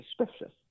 suspicious